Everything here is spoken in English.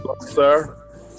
sir